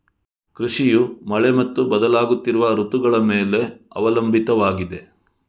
ಕೃಷಿಯು ಮಳೆ ಮತ್ತು ಬದಲಾಗುತ್ತಿರುವ ಋತುಗಳ ಮೇಲೆ ಅವಲಂಬಿತವಾಗಿದೆ